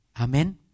Amen